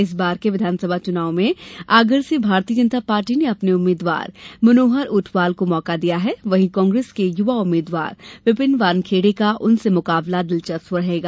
इस बार के विघानसभा चुनाव में आगर से भारतीय जनता पार्टी ने अपने उम्मीदवार मनोहर ऊॅटवाल को मौका दिया है वहीं कांग्रेस के युवा उम्मीद्वार विपिन वानखेड़े का उनसे मुकाबला दिलचस्प रहेगा